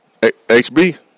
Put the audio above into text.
HB